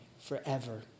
forever